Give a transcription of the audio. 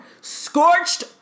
Scorched